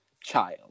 child